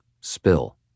spill